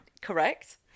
Correct